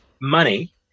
money